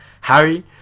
Harry